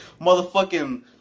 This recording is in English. Motherfucking